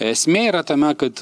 esmė yra tame kad